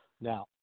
now